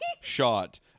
shot